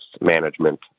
management